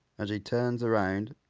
and she turns around,